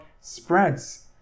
spreads